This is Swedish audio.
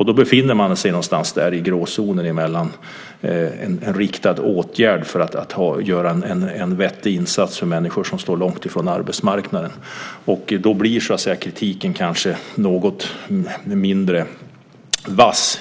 Man befinner sig i en gråzon mellan vad som är en riktad åtgärd för att göra en insats för människor som står långt från arbetsmarknaden och vad som är näringsverksamhet i konkurrens. Ser man till detta blir kritiken kanske något mindre vass.